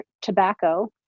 tobacco